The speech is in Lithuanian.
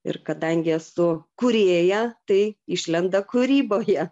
ir kadangi esu kūrėja tai išlenda kūryboje